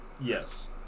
Yes